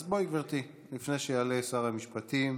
אז בואי, גברתי, לפני שיעלה שר המשפטים,